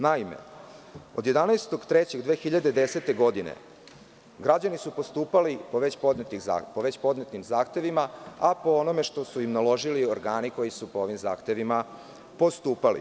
Naime, od 11.03.2010. godine građani su postupali po već podnetim zahtevima, a po onome što su im naložili organi koji su po ovim zahtevima postupali.